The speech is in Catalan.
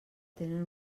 tenen